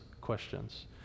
questions